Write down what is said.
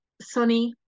sunny